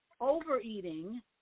overeating